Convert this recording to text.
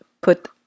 put